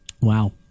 Wow